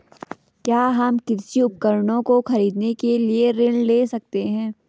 क्या हम कृषि उपकरणों को खरीदने के लिए ऋण ले सकते हैं?